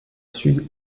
sud